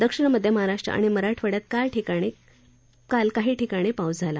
दक्षिण मध्य महाराष्ट्र आणि मराठवाड्यात काल काही ठिकाणी पाऊस झाला